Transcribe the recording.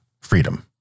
freedom